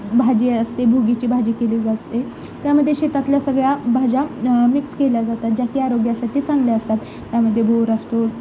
भाजी असते भोगीची भाजी केली जाते त्यामध्ये शेतातल्या सगळ्या भाज्या मिक्स केल्या जातात ज्या कि आरोग्यासाठी चांगल्या असतात त्यामध्येे हुरडा असतो